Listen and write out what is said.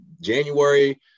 January